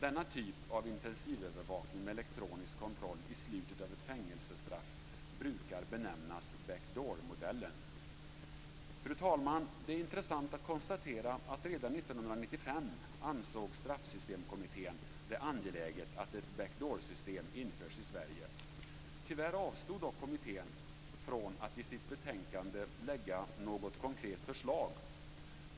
Denna typ av intensivövervakning med elektronisk kontroll i slutet av ett fängelsestraff brukar benämnas back door-modellen. Fru talman! Det är intressant att konstatera att Straffsystemkommittén redan 1995 ansåg det angeläget att ett back door-system infördes i Sverige. Tyvärr avstod dock kommittén från att i sitt betänkande lägga fram något konkret förslag.